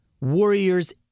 Warriors